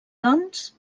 doncs